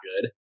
good